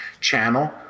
channel